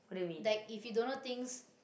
like if you don't know things